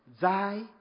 Thy